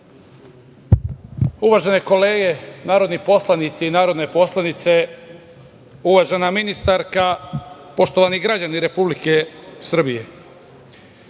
Orliću. Uvažene kolege narodni poslanici i narodne poslanice, uvažena ministarka, poštovani građani Republike Srbije,